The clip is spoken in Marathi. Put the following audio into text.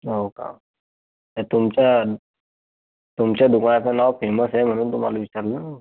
हो का नाही तुमच्या तुमच्या दुकानाचं नाव फेमस आहे म्हणून तुम्हाला विचारलं